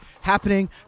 happening